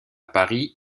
paris